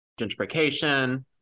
gentrification